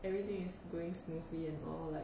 everything is going smoothly and all like